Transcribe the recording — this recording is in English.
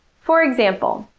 for example,